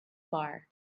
bar